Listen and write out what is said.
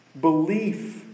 Belief